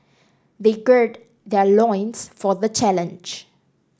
they gird their loins for the challenge